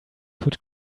could